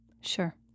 Sure